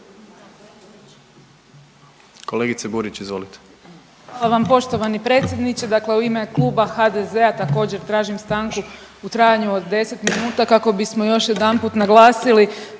izvolite. **Burić, Majda (HDZ)** Hvala vam poštovani predsjedniče. Pa u ime kluba HDZ-a također tražim stanku u trajanju od 10 minuta kako bismo još jedanput naglasili